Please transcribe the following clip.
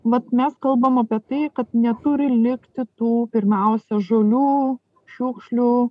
vat mes kalbam apie tai kad neturi likti tų pirmiausia žolių šiukšlių